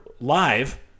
live